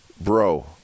Bro